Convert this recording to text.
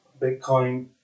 bitcoin